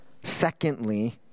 secondly